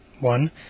One